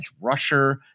rusher